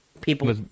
people